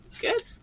good